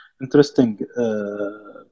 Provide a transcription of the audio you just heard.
Interesting